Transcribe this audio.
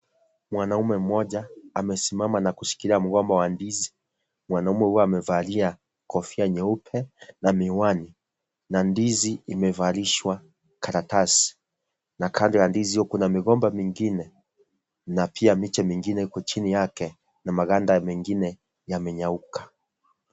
Mwanaume mmoja, amesimama na kushikilia mgomba wa ndizi. Mwanaume huyo amevalia kofia nyeupe, na miwani. Na ndizi imevalishwa karatasi. Na kando ya ndizi hiyo kuna migomba mingine na pia miche mingine iko chini yake na maganda mengine yamenyauka.